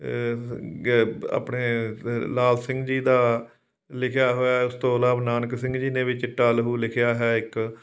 ਆਪਣੇ ਲਾਲ ਸਿੰਘ ਜੀ ਦਾ ਲਿਖਿਆ ਹੋਇਆ ਉਸ ਤੋਂ ਇਲਾਵਾ ਨਾਨਕ ਸਿੰਘ ਜੀ ਨੇ ਵੀ ਚਿੱਟਾ ਲਹੂ ਲਿਖਿਆ ਹੈ ਇੱਕ